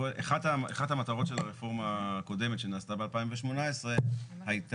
אחת המטרות של הרפורמה הקודמת שנעשתה ב-2018 הייתה